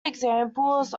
examples